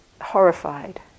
horrified